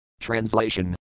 Translation